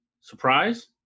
Surprise